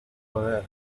joder